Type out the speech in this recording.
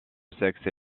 sexe